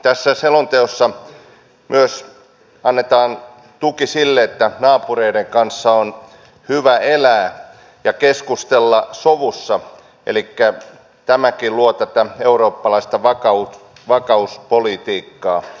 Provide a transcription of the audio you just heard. tässä selonteossa myös annetaan tuki sille että naapureiden kanssa on hyvä elää ja keskustella sovussa elikkä tämäkin luo tätä eurooppalaista vakauspolitiikkaa